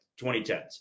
2010s